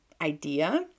idea